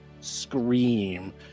scream